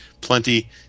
plenty